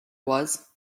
was